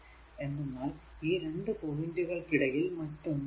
എന്തെന്നാൽ ഈ 2 പോയിന്റുകൾക്കിടയിൽ മറ്റൊന്നും ഇല്ല